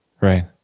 right